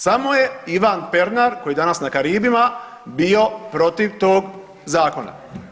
Samo je Ivan Pernar koji je danas na Karibima bio protiv tog zakona.